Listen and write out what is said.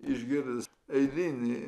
išgirdęs eilinį